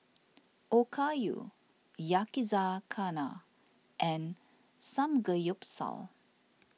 Okayu Yakizakana and Samgeyopsal